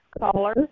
caller